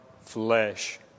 flesh